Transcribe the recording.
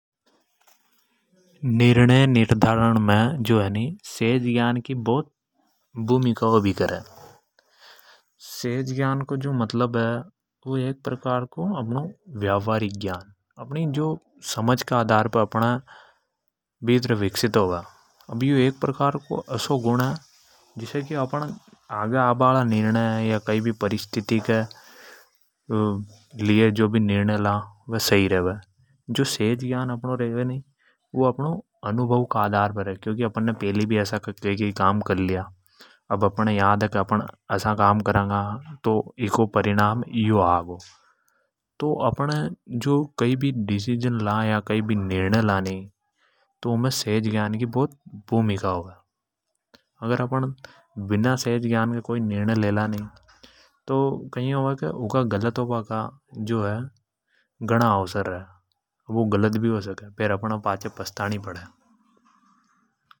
निर्णय निर्माण की प्रक्रिया मे जो है सहज ज्ञान की बड़ी भूमिका का हो बी करे सहज ज्ञान को अर्थ हो भी करे अप नो व्यवहारिक ज्ञान है जो की समझ के आधार पे विकसित हो बी करे अब यो एक असो गुण है जिसे अप ण आगे आबा हाला निर्णय सही से ले सका। सहज ज्ञान जो रेवे वु अनुभव के आधार पर रेवे। मतलब अपण ने फेलि भी असा काम कर लया अगर अब असा काम करंगा तो यो होगो। अपण है याद रेवे। निर्णय मे सहज ज्ञान की बोत भूमिका होवे। अगर अपन ईके बना कोई निर्णय ला तो ऊँके असफल हो बाका घणा अवसर रे।